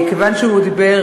הוא אמר,